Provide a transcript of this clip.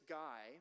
guy